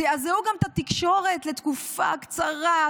זעזעו גם את התקשורת לתקופה קצרה,